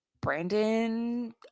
Brandon